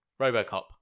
Robocop